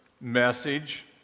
message